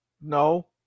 No